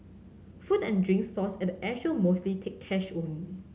food and drink stalls at the Air show mostly take cash only